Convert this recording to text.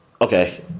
Okay